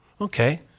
Okay